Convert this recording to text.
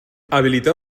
habilitar